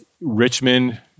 richmond